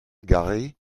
garée